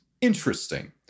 interesting